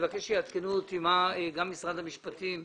אני מבקש שיעדכנו אותי, גם משרד המשפטים,